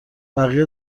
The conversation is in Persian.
بقیه